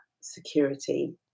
security